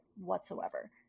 whatsoever